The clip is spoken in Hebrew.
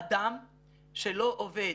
אדם שלא עובד